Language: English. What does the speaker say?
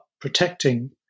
protecting